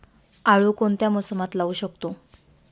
आळू कोणत्या मोसमात लावू शकतो?